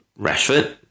Rashford